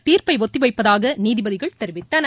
தீர்ப்பை ஒத்திவைப்பதாக நீதிபதிகள் தெரிவித்தனர்